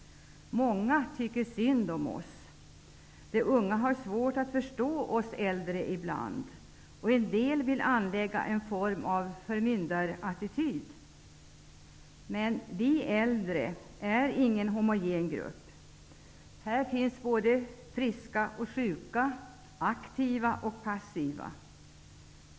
Många tycker synd om oss. De unga har ibland svårt att förstå oss äldre, och en del vill anlägga en form av förmyndarattityd. Men vi äldre är inte en homogen grupp. Här finns både friska och sjuka, aktiva och passiva.